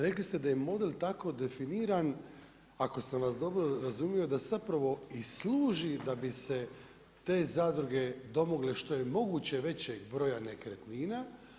Rekli ste da je model tako definiran, ako sam vas dobro razumio da zapravo i služi da bi se te zadruge domogle, što je moguće većeg broja nekretnina.